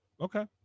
okay